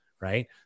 right